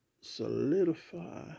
solidify